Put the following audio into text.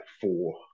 four